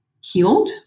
healed